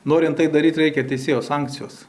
norint tai daryt reikia teisėjo sankcijos